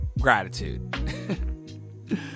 gratitude